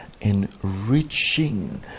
enriching